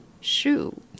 shoe